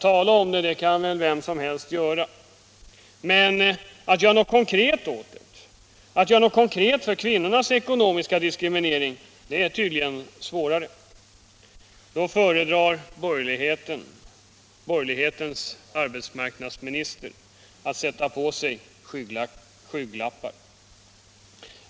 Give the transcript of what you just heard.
Tala om det kan väl vem som helst göra. Men att göra något konkret åt kvinnornas ekonomiska diskriminering ÅArbetsmarknads politiken politiken 130 är tydligen svårare. Då föredrar borgerlighetens arbetsmarknadsminister att sätta på sig skygglappar.